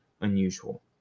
unusual